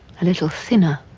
a little thinner,